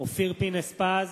אופיר פינס-פז,